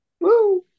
Woo